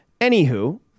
Anywho